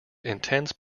intense